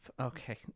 okay